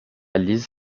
liz